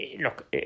look